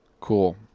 Cool